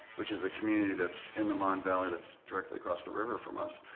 which is a community that's in the mon valley that's directly across the river from us,